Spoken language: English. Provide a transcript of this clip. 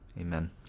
Amen